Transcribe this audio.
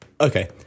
Okay